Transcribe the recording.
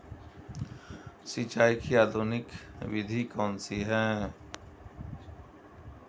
सिंचाई की आधुनिक विधि कौनसी हैं?